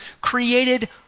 created